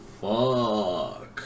Fuck